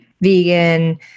vegan